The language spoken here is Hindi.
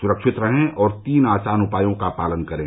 सुरक्षित रहें और तीन आसान उपायों का पालन करें